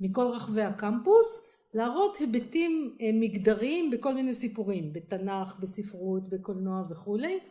מכל רחבי הקמפוס, להראות היבטים מגדריים בכל מיני סיפורים, בתנ״ך, בספרות, בקולנוע וכולי.